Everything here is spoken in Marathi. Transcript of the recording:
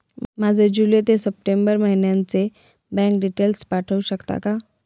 माझे जुलै ते सप्टेंबर महिन्याचे बँक डिटेल्स पाठवू शकता का?